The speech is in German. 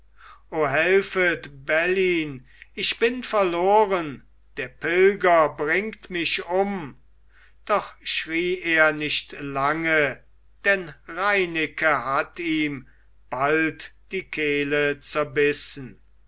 helfet bellyn ich bin verloren der pilger bringt mich um doch schrie er nicht lange denn reineke hatt ihm bald die kehle zerrissen